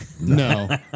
No